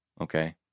Okay